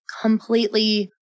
completely